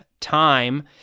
time